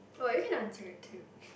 oh you can answer it too